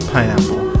Pineapple